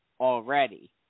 already